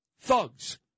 thugs